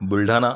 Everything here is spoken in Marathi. बुलढाणा